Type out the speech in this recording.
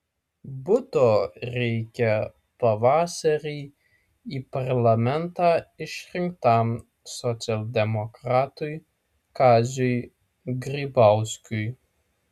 buto reikia pavasarį į parlamentą išrinktam socialdemokratui kaziui grybauskui